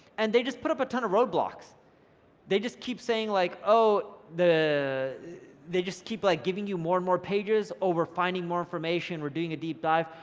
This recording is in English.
and they just put up a ton of roadblocks they just keep saying like, oh, they just keep like, giving you more and more pages over finding more information or doing a deep dive.